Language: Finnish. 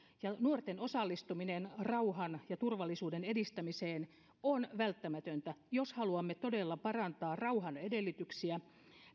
nuorten osallistuminen rauhan ja turvallisuuden edistämiseen on välttämätöntä jos haluamme todella parantaa rauhan edellytyksiä